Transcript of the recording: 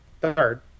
Third